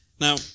Now